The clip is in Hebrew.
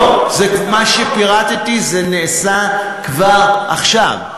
לא, מה שפירטתי נעשה כבר עכשיו.